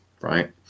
right